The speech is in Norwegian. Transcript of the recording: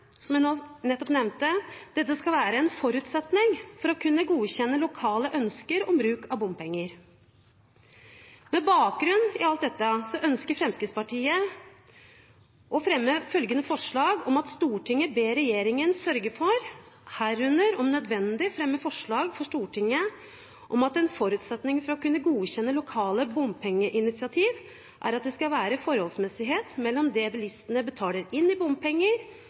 jeg nettopp nevnte, skal være en forutsetning for å kunne godkjenne lokale ønsker om bruk av bompenger. Med bakgrunn i alt dette ønsker Fremskrittspartiet å fremme følgende forslag: «Stortinget ber regjeringen sørge for, herunder om nødvendig fremme forslag for Stortinget om, at en forutsetning for å kunne godkjenne lokale bompakkeinitiativ er at det skal være forholdsmessighet mellom det bilistene betaler inn i bompenger